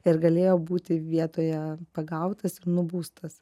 ir galėjo būti vietoje pagautas nubaustas